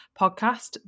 podcast